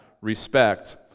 respect